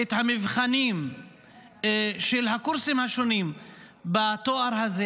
את המבחנים של הקורסים השונים בתואר הזה